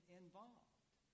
involved